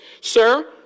Sir